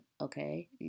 okay